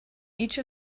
each